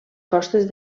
costes